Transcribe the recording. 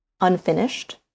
unfinished